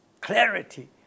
clarity